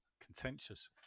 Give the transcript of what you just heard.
contentious